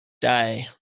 day